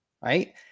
Right